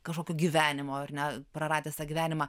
kažkokio gyvenimo ar ne praradęs tą gyvenimą